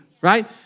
right